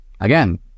Again